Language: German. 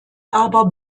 aber